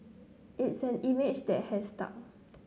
it's an image that has stuck